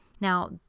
Now